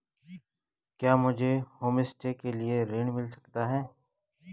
क्या मुझे होमस्टे के लिए ऋण मिल सकता है?